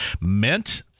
meant